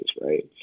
right